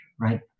right